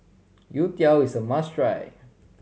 youtiao is a must try